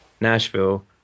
Nashville